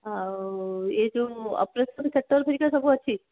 ଆଉ ଏଇ ଯେଉଁ ଅପରେସନ୍ ସେକ୍ଟର୍ ହେରିକା ସବୁ ଅଛି